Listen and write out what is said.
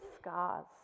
scars